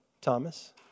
Thomas